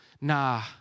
Nah